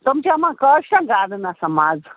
تِم چھِ یِمَن کٲشرٮ۪ن گاڈَن آسان مَزٕ